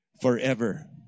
forever